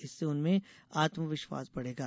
इससे उनमें आत्म विश्वास बढ़ेगा